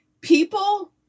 people